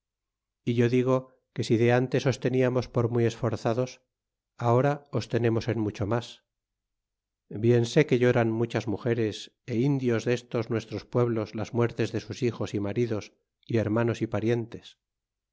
é yo digo que si de ntes os teniamos por muy esforzados ahora os tenemos en mucho mas bien sé que lloran muchas rnugeres é indios destos nuestros pueblos las muertes de sus hijos y maridos y hermanos y parientes